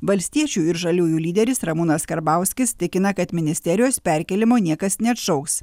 valstiečių ir žaliųjų lyderis ramūnas karbauskis tikina kad ministerijos perkėlimo niekas neatšauks